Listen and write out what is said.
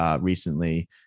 recently